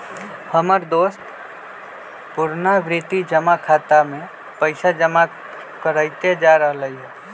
हमर दोस पुरनावृति जमा खता में पइसा जमा करइते जा रहल हइ